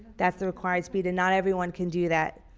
that's the required speed and not everyone can do that.